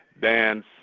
dance